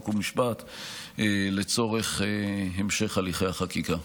חוק ומשפט לצורך המשך הליכי החקיקה.